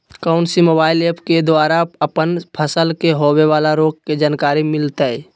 कौन सी mobile app के द्वारा अपन फसल के होबे बाला रोग के जानकारी मिलताय?